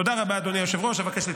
תודה רבה, אדוני היושב-ראש.